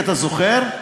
אתה זוכר,